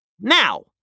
Now